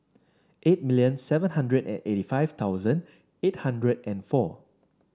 eight million seven hundred and eighty five thousand eight hundred and four